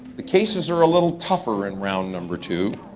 the cases are a little tougher in round number two.